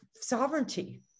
sovereignty